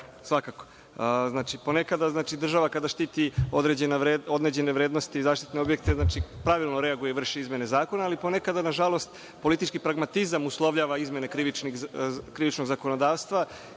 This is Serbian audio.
Svakako. Znači, ponekada država kada štiti određene vrednosti, zaštitne objekte, pravilno reaguje i vrši izmene zakona, ali ponekad nažalost politički pragmatizam uslovljava izmene krivičnog zakonodavstva